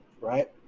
right